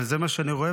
אבל זה מה שאני רואה,